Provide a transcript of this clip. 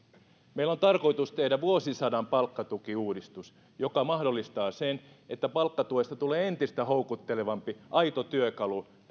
meillä on tarkoitus tehdä vuosisadan palkkatukiuudistus joka mahdollistaa sen että palkkatuesta tulee entistä houkuttelevampi aito työkalu